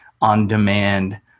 on-demand